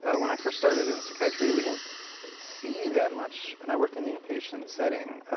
ah when i first started in psychiatry, we didn't see that much. and i worked in in patient setting.